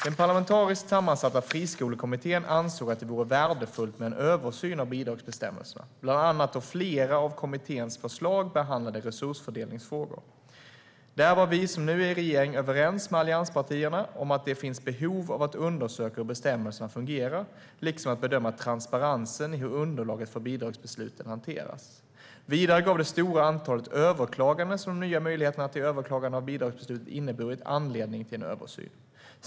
Den parlamentariskt sammansatta Friskolekommittén ansåg att det vore värdefullt med en översyn av bidragsbestämmelserna, bland annat då flera av kommitténs förslag behandlade resursfördelningsfrågor. Där var vi som nu är i regeringen överens med allianspartierna om att det finns behov av att undersöka hur bestämmelserna fungerar liksom att bedöma transparensen i hur underlaget för bidragsbesluten hanteras. Vidare gav det stora antalet överklaganden som de nya möjligheterna till överklagande av bidragsbeslut inneburit anledning till en översyn.